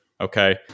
Okay